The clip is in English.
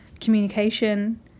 communication